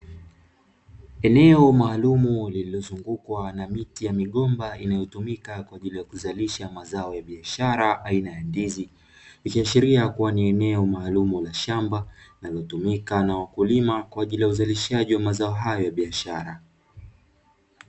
Eneo maalumu lililozungukwa na miti ya migomba inayotumika kwa ajili ya kuzalisha mazao ya biashara aina ya ndizi, ikiashiria kuwa ni eneo maalumu la shamba inayotumika na wakulima kwa ajili ya uzalishaji wa mazao hayo ya biashara.